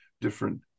different